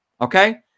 Okay